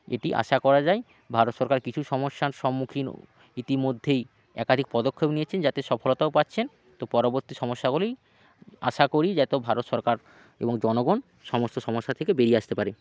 এটি আশা করা যায় ভারত সরকার কিছু সমস্যার সম্মুখীন ইতিমধ্যেই একাধিক পদক্ষেপ নিয়েছেন যাতে সফলতাও পাচ্ছেন তো পরবর্তী সমস্যাগুলি আশা করি যাতো ভারত সরকার এবং জনগন সমস্ত সমস্যা থেকে বেরিয়ে আসতে পারে